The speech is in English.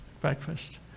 breakfast